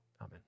amen